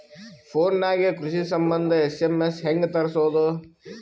Phone ನಾಗೆ ಕೃಷಿ ಸಂಬಂಧ ಎಸ್.ಎಮ್.ಎಸ್ ಹೆಂಗ ತರಸೊದ?